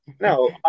No